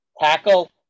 tackle